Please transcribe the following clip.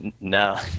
No